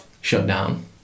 shutdown